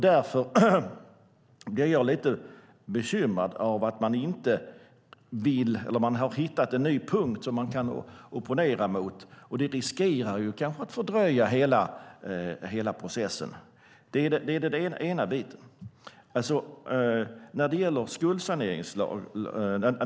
Därför blir jag lite bekymrad när man hittar en ny punkt som man kan opponera mot, för det riskerar att fördröja hela processen. Det är den ena biten.